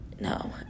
No